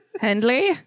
Henley